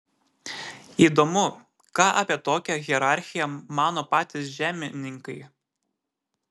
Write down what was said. įdomu ką apie tokią hierarchiją mano patys žemininkai